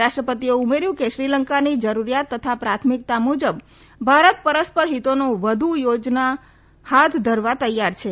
રાષ્ટ્રપતિએ ઉમેર્યુ કે શ્રીલંકાની જરૂરીયાત અને પ્રાથમિકતા મુજબ ભારત પરસ્પર હિતોનો વધુ યોજના હાથ ધરવા તૈયાર છે